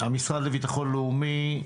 המשרד לביטחון לאומי,